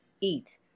eat